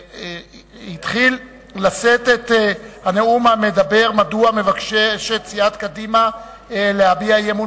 התחיל לשאת את הנאום האומר מדוע מבקשת סיעת קדימה להביע אי-אמון